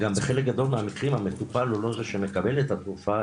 גם בחלק גדול מהמקרים המטופל הוא לא זה שמקבל את התרופה,